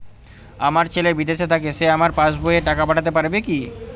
আমার ছেলে বিদেশে থাকে সে আমার পাসবই এ টাকা পাঠাতে পারবে কি?